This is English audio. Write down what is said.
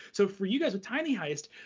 so for you guys with tiny heist,